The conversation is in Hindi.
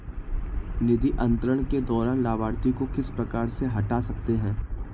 निधि अंतरण के दौरान लाभार्थी को किस प्रकार से हटा सकते हैं?